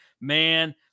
man